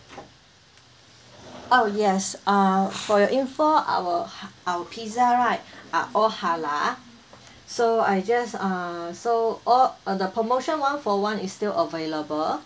oh yes err for your info our our pizza right are all halal so I just err so al~ um the promotion one for one is still available